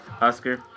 Oscar